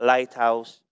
Lighthouse